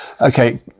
Okay